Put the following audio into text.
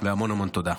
המון המון תודה.